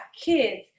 kids